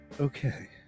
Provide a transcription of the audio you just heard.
Okay